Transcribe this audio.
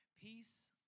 Peace